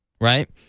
right